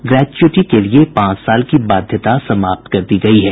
gratuity के लिये पांच साल की बाध्यता समाप्त कर दी गई है